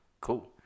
Cool